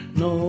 no